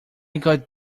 got